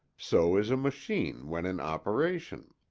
so is a machine when in operation.